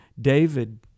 David